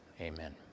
Amen